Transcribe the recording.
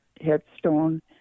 headstone